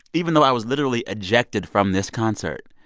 even though i was literally ejected from this concert,